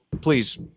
please